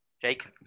Jake